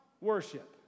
worship